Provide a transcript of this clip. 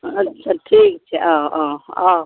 अच्छा ठीक छै आउ आउ आउ